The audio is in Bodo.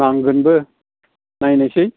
नांगोनबो नायनोसै